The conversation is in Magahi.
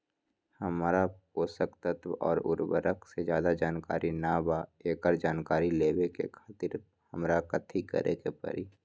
हमरा पोषक तत्व और उर्वरक के ज्यादा जानकारी ना बा एकरा जानकारी लेवे के खातिर हमरा कथी करे के पड़ी?